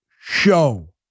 show